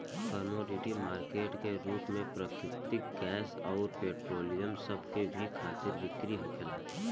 commodity market के रूप में प्राकृतिक गैस अउर पेट्रोलियम सभ के भी खरीद बिक्री होखेला